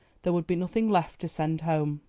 there would be nothing left to send home.